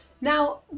Now